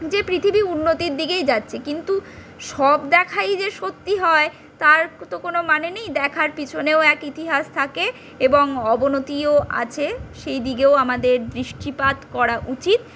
যে পৃথিবী উন্নতির দিকেই যাচ্ছে কিন্তু সব দেখাই যে সত্যি হয় তার তো কোনো মানে নেই দেখার পিছনেও এক ইতিহাস থাকে এবং অবনতিও আছে সেই দিকেও আমাদের দৃষ্টিপাত করা উচিত